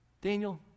Daniel